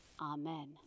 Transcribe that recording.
amen